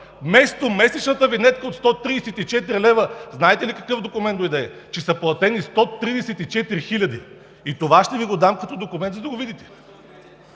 вместо месечната винетка от 134 лв. знаете ли какъв документ дойде, че са платени 134 хиляди. И това ще Ви го дам като документ, за да го видите.